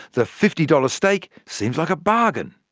the fifty dollars steak seems like a bargain.